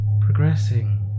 progressing